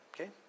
Okay